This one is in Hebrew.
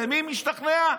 ומי משתכנע?